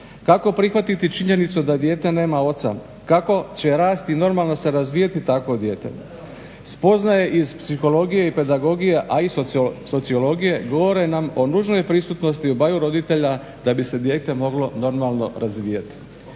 Kako prihvatiti činjenicu da dijete nema oca, kako će rasti i normalno se razvijati takvo dijete. Spoznaje iz psihologije, pedagogije i sociologije govore nam o nužnoj prisutnosti obaju roditelja da bi se dijete moglo normalno razvijati.